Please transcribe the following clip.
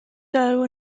dough